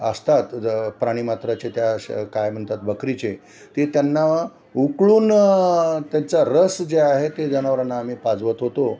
असतात र प्राणी मात्राचे त्या श काय म्हणतात बकरीचे ते त्यांना उकळून त्यांचा रस जे आहे ते जनावरांना आम्ही पाजवत होतो